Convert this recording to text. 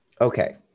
Okay